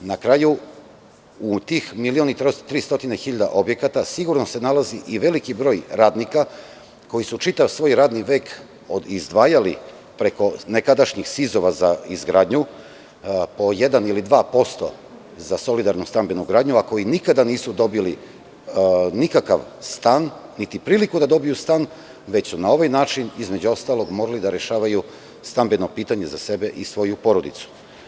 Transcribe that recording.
Na kraju, u tih 1.300.000 objekata sigurno se nalazi i veliki broj radnika koji su čitav svoj radni vek izdvajali preko nekadašnjih SIZ-ova za izgradnju po jedan ili 2% za solidarnu stambenu gradnju, a koji nikada nisu dobili nikakav stan, niti priliku da dobiju stan, već su na ovaj način, između ostalog, morali da rešavaju stambeno pitanje za sebe i svoju porodicu.